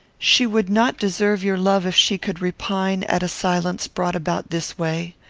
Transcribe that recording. she would not deserve your love if she could repine at a silence brought about this way.